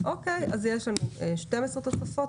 בעד אישור התוספות?